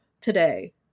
today